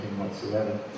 whatsoever